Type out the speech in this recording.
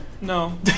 No